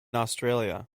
australia